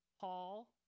Paul